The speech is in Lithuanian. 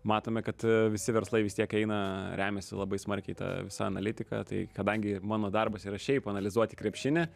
matome kad visi verslai vis tiek eina remiasi labai smarkiai ta visa analitika tai kadangi mano darbas yra šiaip analizuoti krepšinį